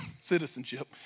citizenship